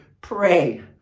pray